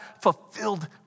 fulfilled